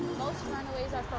most runaways are